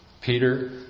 Peter